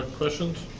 ah questions?